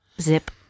Zip